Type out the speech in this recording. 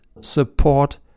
support